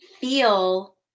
feel